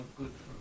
good